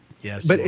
Yes